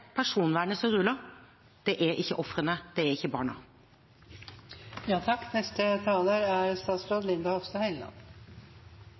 personvernet som styrer – det er ikke ofrene, det er ikke barna. Jeg er